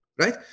right